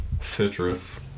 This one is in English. citrus